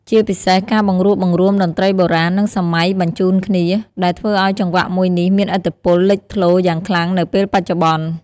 ជាពិសេសការបង្រួបបង្រួមតន្ត្រីបុរាណ និងសម័យបញ្ចូនគ្នា ដែលធ្វើអោយចង្វាក់មួយនេះមានឥទ្ធិពលលេចធ្លោយ៉ាងខ្លាំងនៅពេលបច្ចុប្បន្ន។